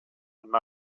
and